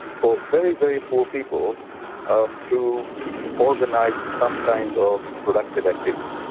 for very, very poor people um to organise some kind of productive activity,